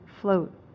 float